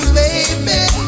baby